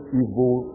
evil